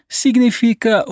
significa